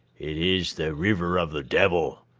it is the river of the devil,